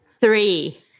three